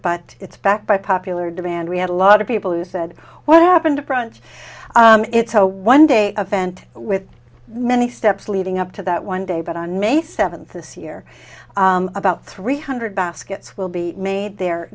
but it's back by popular demand we had a lot of people who said what happened to brunch it's a one day event with many steps leading up to that one day but on may seventh this year about three hundred baskets will be made there